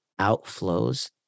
outflows